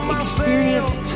experience